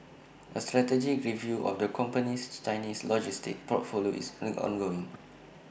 A strategic review of the company's Chinese logistics portfolio is ongoing